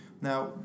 Now